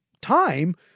Time